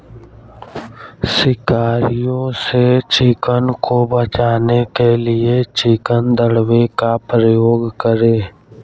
शिकारियों से चिकन को बचाने के लिए चिकन दड़बे का उपयोग करें